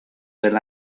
del